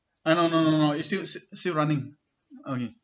eh no no no no still still running okay